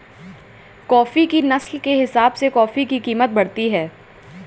coffee की नस्ल के हिसाब से कॉफी की कीमत बढ़ती है